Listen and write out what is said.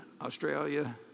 Australia